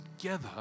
together